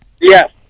yes